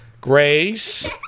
grace